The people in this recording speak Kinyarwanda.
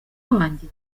wanjye